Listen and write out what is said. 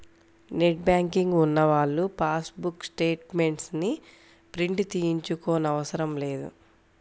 net banking ఉన్నవాళ్ళు passbook statements ని print తీయించుకోనవసరం లేదు